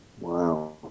Wow